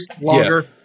Longer